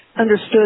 understood